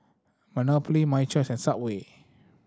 Monopoly My Choice and Subway